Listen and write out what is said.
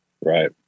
Right